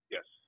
Yes